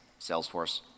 Salesforce